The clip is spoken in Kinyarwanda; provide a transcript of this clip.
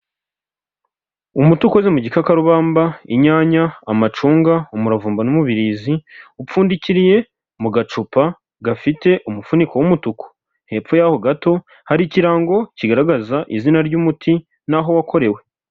Umuti ukoze mu gikakarubamba, inyanya, amacunga, umuravumba n'umubirizi, upfundikiriye mu gacupa gafite umufuniko w'umutuku. Hepfo yaho gato hari ikirango kigaragaza izina ry'umuti n'aho wakorewe.